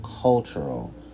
cultural